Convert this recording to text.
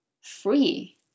free